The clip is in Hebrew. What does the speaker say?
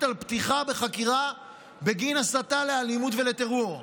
על פתיחה בחקירה בגין הסתה לאלימות ולטרור.